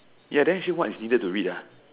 ya then she said what is needed to read